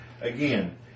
again